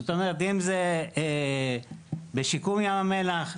זאת אומרת אם זה בשיקום ים המלח,